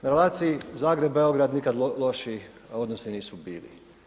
Na relaciji Zagreb-Beograd nikad lošiji odnosi nisu bili.